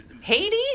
Haiti